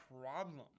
problem